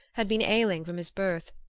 had been ailing from his birth,